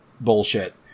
bullshit